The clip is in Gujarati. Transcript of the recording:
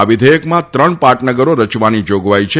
આ વિધેયકમાં ત્રણ પાટનગરો રચવાની જોગવાઈ છે